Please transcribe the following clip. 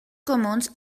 comuns